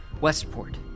Westport